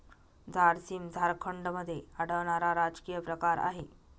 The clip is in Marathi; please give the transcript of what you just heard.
झारसीम झारखंडमध्ये आढळणारा राजकीय प्रकार आहे